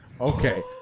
Okay